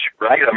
right